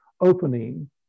opening